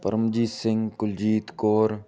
Paramjit Singh Kuljit Kaur